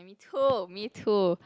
me too me too